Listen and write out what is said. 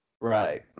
Right